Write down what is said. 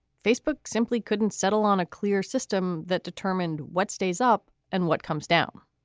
facebook simply couldn't settle on a clear system that determined what stays up and what comes down.